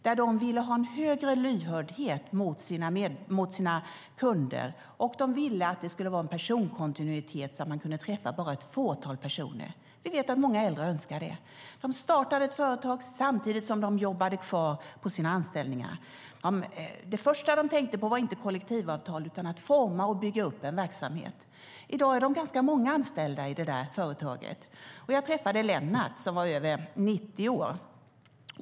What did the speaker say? De ville ha en större lyhördhet för sina kunder och att det skulle vara en personkontinuitet så att man bara behövde träffa ett fåtal personer - vi vet att många äldre önskar det. De startade företaget samtidigt som de jobbade kvar på sina anställningar. Det första de tänkte på var inte kollektivavtal utan på att forma och bygga upp en verksamhet. I dag är det ganska många anställda i företaget. Jag träffade Lennart, som var över 90 år.